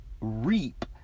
reap